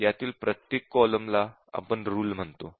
यातील प्रत्येक कॉलम ला आपण रुल म्हणतो